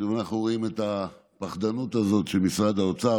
שוב אנחנו רואים את הפחדנות הזאת של משרד האוצר.